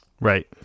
Right